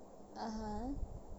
(uh huh)